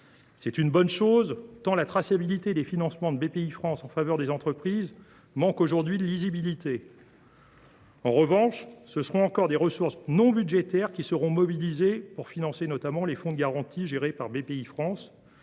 C’est une bonne chose, tant la traçabilité des financements de Bpifrance en faveur des entreprises apparaît aujourd’hui peu aisée. En revanche, ce seront encore des ressources non budgétaires qui seront mobilisées pour financer, notamment, les fonds de garantie gérés par Bpifrance,